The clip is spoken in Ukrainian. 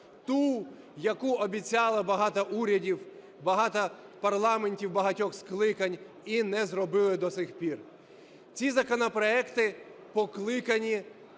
ту, яку обіцяли багато урядів, багато парламентів багатьох скликань і не зробили до сих пір. Ці законопроекти покликані